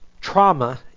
trauma